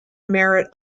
merit